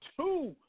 two